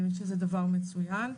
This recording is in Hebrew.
שזה דבר מצויין,